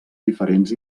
diferents